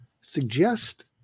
suggest